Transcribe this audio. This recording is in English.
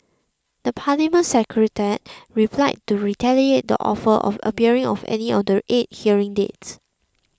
the Parliament Secretariat replied to reiterate the offer of appearing on any of the eight hearing dates